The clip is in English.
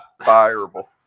Fireable